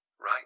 Right